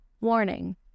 Warning